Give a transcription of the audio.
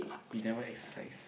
be never exercise